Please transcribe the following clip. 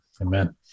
Amen